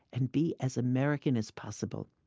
and be as american as possible.